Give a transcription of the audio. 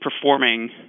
performing